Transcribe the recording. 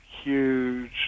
huge